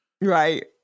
Right